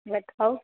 बताउ